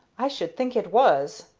i should think it was!